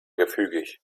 gefügig